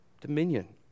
dominion